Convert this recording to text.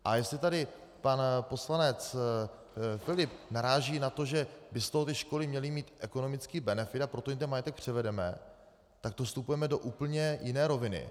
A jestli tady pan poslanec Filip naráží na to, že by z toho školy měly mít ekonomický benefit, a proto jim ten majetek převedeme, tak to vstupujeme do úplně jiné roviny.